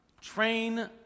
Train